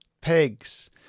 Pigs